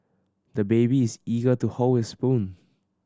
the baby is eager to hold his spoon